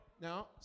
Now